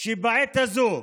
שבעת הזו,